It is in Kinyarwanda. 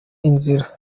inzira